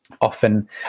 Often